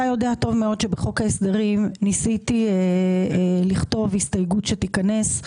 אתה יודע טוב מאוד שבחוק ההסדרים ניסיתי לכתוב הסתייגות שתיכנס.